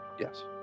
Yes